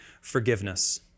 forgiveness